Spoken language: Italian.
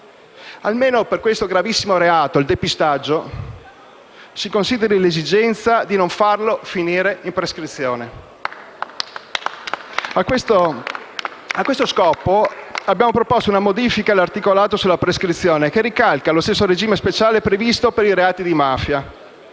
Almeno per questo gravissimo reato, il depistaggio, si consideri l'esigenza di non farlo finire in prescrizione. *(Applausi dal Gruppo M5S)*. A questo scopo abbiamo proposto una modifica all'articolato sulla prescrizione, che ricalca lo stesso regime speciale previsto per i reati di mafia